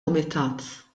kumitat